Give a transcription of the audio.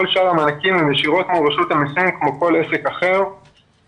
כל שאר המענקים הם ישירות מול רשות המסים כמו כל עסק אחר בישראל,